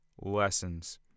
lessons